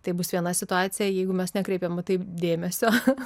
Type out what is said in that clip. tai bus viena situacija jeigu mes nekreipiam į tai dėmesio